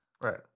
right